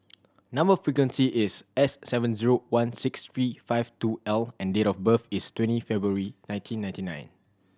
number sequence is S seven zero one six three five two L and date of birth is twenty February nineteen ninety nine